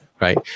Right